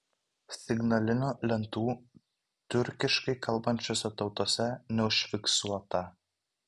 signalinių lentų tiurkiškai kalbančiose tautose neužfiksuota